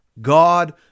God